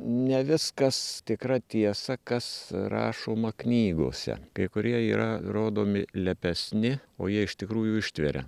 ne viskas tikra tiesa kas rašoma knygose kai kurie yra rodomi lepesni o jie iš tikrųjų ištveria